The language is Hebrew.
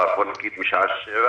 האיפטר בוא נגיד מהשעה 18:00-19:00,